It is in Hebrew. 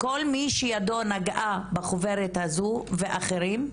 כל מי שידו נגעה בחוברת הזו ואחרים,